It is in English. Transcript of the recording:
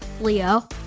Leo